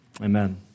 Amen